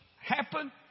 happen